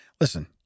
Listen